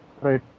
Right